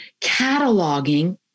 cataloging